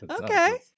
okay